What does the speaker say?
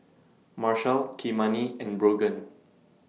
Marshal Kymani and Brogan